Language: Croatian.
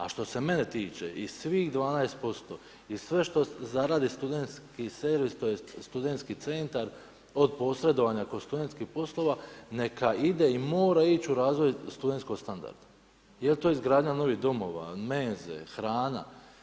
A što se mene tiče i svih 12% i sve što zaradi studentski servis tj. studentski centar od posredovanja kod studentskih poslova neka ide i mora ići u razvoj studentskog standarda je li to izgradnja novih domova, menze, hrana.